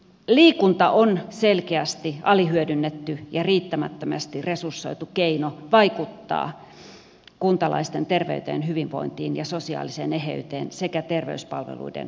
liikunta on selkeästi alihyödynnetty ja riittämättömästi resursoitu keino vaikuttaa kuntalaisten terveyteen hyvinvointiin ja sosiaaliseen eheyteen sekä terveyspalveluiden tarpeeseen